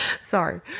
sorry